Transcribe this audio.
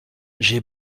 j’ai